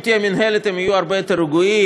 אם תהיה מינהלת הם יהיו הרבה יותר רגועים